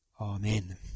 Amen